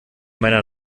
meiner